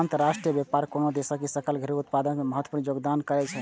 अंतरराष्ट्रीय व्यापार कोनो देशक सकल घरेलू उत्पाद मे महत्वपूर्ण योगदान करै छै